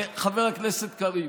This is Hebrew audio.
חבר הכנסת קריב,